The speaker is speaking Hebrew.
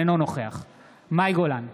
אינו נוכח מאי גולן,